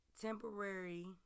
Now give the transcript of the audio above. temporary